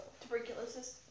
tuberculosis